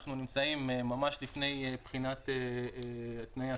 אנחנו נמצאים ממש לפני בחינת תנאי הסף.